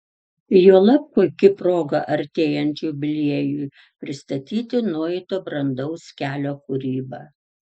juolab puiki proga artėjant jubiliejui pristatyti nueito brandaus kelio kūrybą